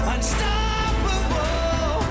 Unstoppable